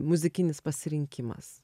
muzikinis pasirinkimas